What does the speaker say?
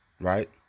right